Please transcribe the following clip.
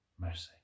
mercy